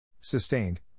Sustained